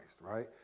right